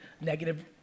negative